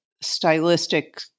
stylistic